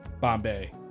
bombay